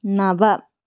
नव